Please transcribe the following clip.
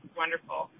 wonderful